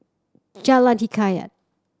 Jalan Hikayat